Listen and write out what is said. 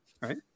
Right